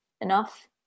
enough